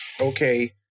okay